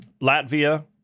Latvia